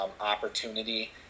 opportunity